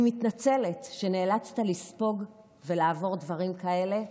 אני מתנצלת שנאלצת לספוג ולעבור דברים כאלה.